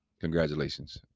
congratulations